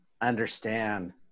understand